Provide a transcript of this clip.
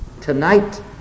tonight